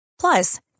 Plus